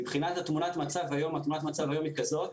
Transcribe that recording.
מבחינת תמונת המצב היום: תמונת המצב היום היא כזאת,